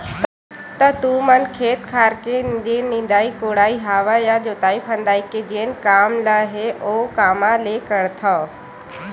त तुमन खेत खार के जेन निंदई कोड़ई हवय या जोतई फंदई के जेन काम ल हे ओ कामा ले करथव?